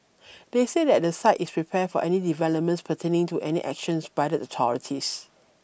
they said that the site is prepared for any developments pertaining to any actions by the authorities